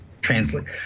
translate